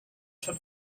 schon